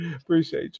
appreciate